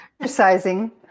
Exercising